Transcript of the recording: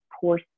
poor